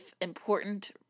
important